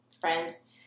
friends